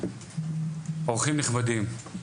אורחים נכבדים,